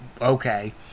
okay